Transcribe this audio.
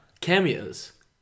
cameos